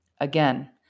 Again